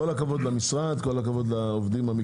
כל הכבוד למשרד, כל הכבוד לעובדים.